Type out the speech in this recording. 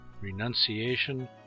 renunciation